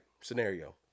Scenario